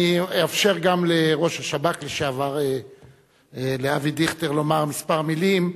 אני אאפשר גם לראש השב"כ לשעבר אבי דיכטר לומר כמה מלים,